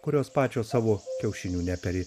kurios pačios savo kiaušinių neperi